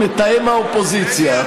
מתאם האופוזיציה.